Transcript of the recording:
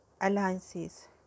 alliances